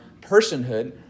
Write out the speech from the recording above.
personhood